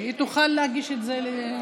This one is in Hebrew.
היא תוכל להגיש את זה לבד.